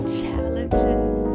challenges